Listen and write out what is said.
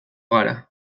gara